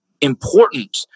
important